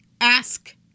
ask